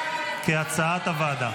סעיף תקציבי 05, כהצעת הוועדה,